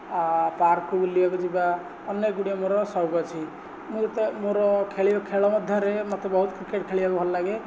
ପାର୍କ୍କୁ ବୁଲିବାକୁ ଯିବା ଅନେକଗୁଡ଼ିଏ ମୋର ସଉକ ଅଛି ମୁଁ ତ ମୋର ଖେଳ ମଧ୍ୟରେ ମୋତେ ବହୁତ କ୍ରିକେଟ୍ ଖେଳିବାକୁ ଭଲ ଲାଗେ